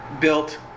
built